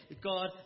God